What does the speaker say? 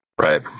right